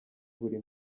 buri